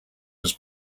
was